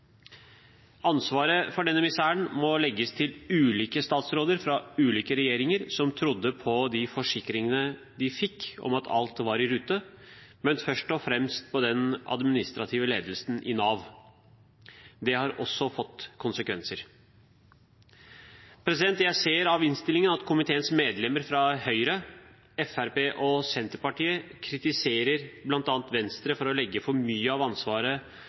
Ansvaret for denne miseren må legges til ulike statsråder fra ulike regjeringer, som trodde på de forsikringene de fikk om at alt var i rute, men først og fremst på den administrative ledelsen i Nav. Det har også fått konsekvenser. Jeg ser av innstillingen at komiteens medlemmer fra Høyre, Fremskrittspartiet og Senterpartiet kritiserer bl.a. Venstre for å legge for mye av ansvaret